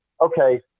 okay